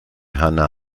hanna